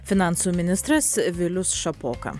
finansų ministras vilius šapoka